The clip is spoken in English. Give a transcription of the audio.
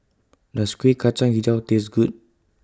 Does Kuih Kacang Hijau Taste Good